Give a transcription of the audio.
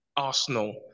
Arsenal